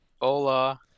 hola